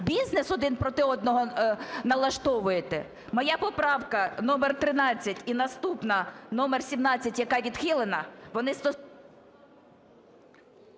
бізнес один проти одного налаштовуєте. Моя поправка номер 13 і наступна номер 17, яка відхилена, вони … ГОЛОВУЮЧИЙ.